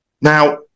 Now